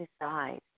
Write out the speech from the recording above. decide